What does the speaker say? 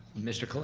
mr. colon?